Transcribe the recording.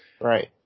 Right